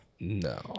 No